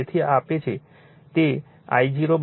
તેથી તે આપે I0 Ic j Im છે